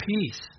peace